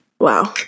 Wow